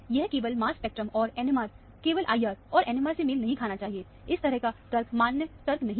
यह केवल mass spectrum और NMR केवल IR और NMR से मेल नहीं खाना चाहिए इस तरह का तर्क मान्य तर्क नहीं है